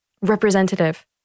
representative